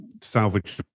salvage